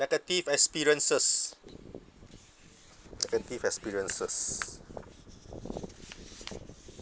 negative experiences negative experiences